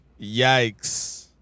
Yikes